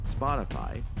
Spotify